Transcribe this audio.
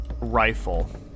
rifle